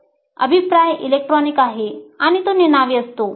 अभिप्राय इलेक्ट्रॉनिक असतोआणि तो निनावी असतो